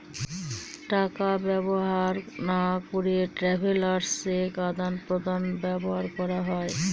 টাকা ব্যবহার না করে ট্রাভেলার্স চেক আদান প্রদানে ব্যবহার করা হয়